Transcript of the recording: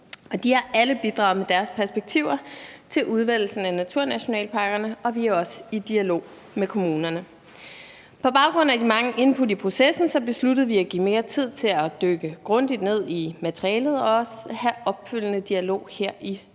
de har alle bidraget med deres perspektiver på udvælgelsen af naturnationalparkerne, og vi er også i dialog med kommunerne. På baggrund af de mange input i processen besluttede vi at give mere tid til at dykke grundigt ned i materialet og også have en opfølgende dialog her i det nye